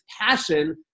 passion